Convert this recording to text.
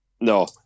no